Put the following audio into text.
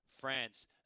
France